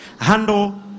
handle